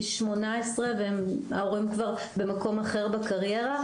18 וההורים כבר נמצאים במקום אחר בקריירה.